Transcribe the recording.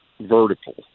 vertical